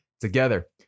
together